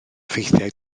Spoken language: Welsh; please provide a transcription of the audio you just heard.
effeithiau